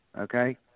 Okay